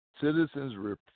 Citizens